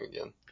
again